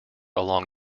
along